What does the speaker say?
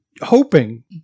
hoping